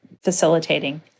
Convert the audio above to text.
facilitating